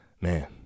Man